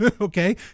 Okay